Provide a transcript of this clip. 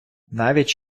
навіть